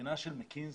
הבחינה של מקינזי,